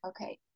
Okay